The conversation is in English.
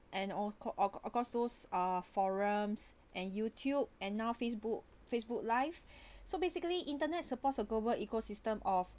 and all cau~ uh cau~ cause those uh forums and youtube and now facebook facebook live so basically internet supports a global ecosystem of